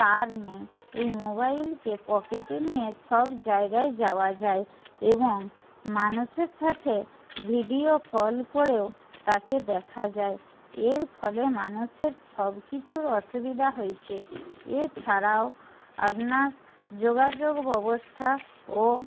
তার নেই এই মোবাইলকে পকেটে নিয়ে সব জায়গায় যাওয়া যায় এবং মানুষের সাথে ভিডিও কল করেও তাকে দেখা যায় এর ফলে মানুষের সব কিছুর অসুবিধা হয়েছে এছাড়াও আপনার যোগাযোগ ব্যবস্থা ও